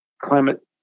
climate